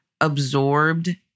absorbed